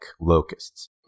locusts